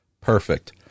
perfect